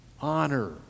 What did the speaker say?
honor